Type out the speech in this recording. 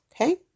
Okay